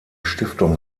stiftung